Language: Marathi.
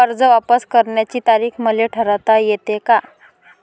कर्ज वापिस करण्याची तारीख मले ठरवता येते का?